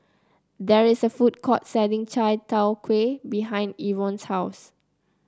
there is a food court selling Chai Tow Kway behind Evon's house